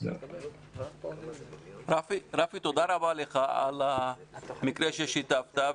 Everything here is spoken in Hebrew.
תודה רבה לך על המקרה ששיתפת.